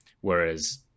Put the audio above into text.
Whereas